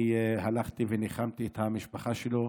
אני הלכתי וניחמתי את המשפחה שלו.